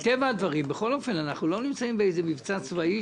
בכל אופן אנחנו לא נמצאים באיזה מבצע צבאי,